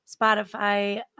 Spotify